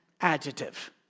adjective